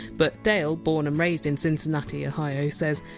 but dale, born and raised in cincinnati, ohio, says!